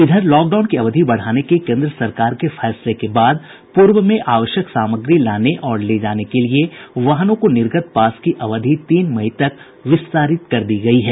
इधर लॉकडाउन की अवधि बढ़ाने के केंद्र सरकार के फैसले के बाद पूर्व में आवश्यक सामग्री लाने और ले जाने के लिए वाहनों को निर्गत पास की अवधि तीन मई तक विस्तारित कर दी गयी है